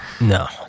No